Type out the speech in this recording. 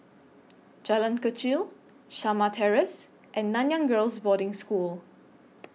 Jalan Kechil Shamah Terrace and Nanyang Girls' Boarding School